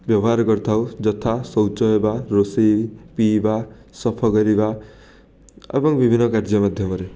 ବ୍ୟବହାର କରିଥାଉ ଯଥା ଶୌଚ ହେବା ରୋଷେଇ ପିଇବା ସଫା କରିବା ଏବଂ ବିଭିନ୍ନ କାର୍ଯ୍ୟ ମାଧ୍ୟମରେ